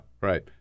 right